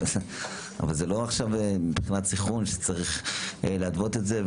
אבל זה לא עכשיו מבחינת סנכרון שצריך להתוות את זה,